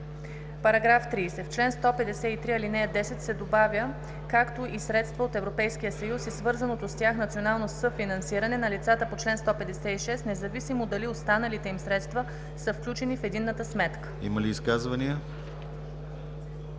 § 30: „§ 30. В чл. 153, ал. 10 накрая се добавя „както и средства от Европейския съюз и свързаното с тях национално съфинансиране на лицата по чл. 156, независимо дали останалите им средства са включени в единната сметка.“ ПРЕДСЕДАТЕЛ